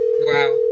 Wow